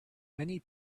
many